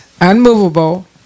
unmovable